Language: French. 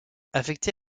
affecté